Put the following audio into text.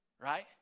right